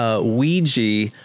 Ouija